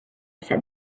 said